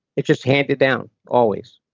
it's just handed down always